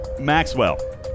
Maxwell